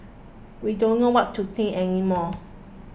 we don't know what to think any more